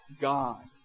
God